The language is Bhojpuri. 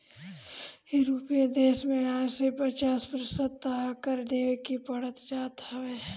यूरोपीय देस में आय के पचास प्रतिशत तअ कर देवे के पड़ जात हवे